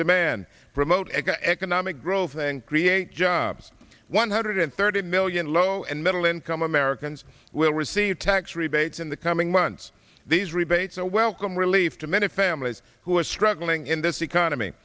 demand promote economic growth and create jobs one hundred thirty million low and middle income americans will receive tax rebates in the coming months these rebates are welcome relief to many families who are struggling in this economy